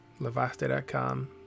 levaste.com